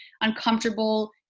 uncomfortable